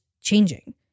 changing